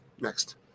Next